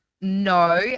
no